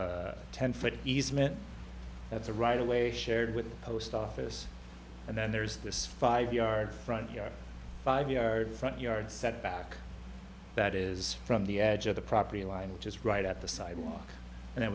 a ten foot easement that's a right away shared with the post office and then there's this five yard front yard five yard front yard setback that is from the edge of the property line which is right at the sidewalk and then